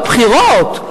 בידידותינו?